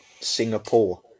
Singapore